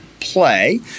play